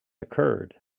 occurred